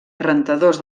rentadors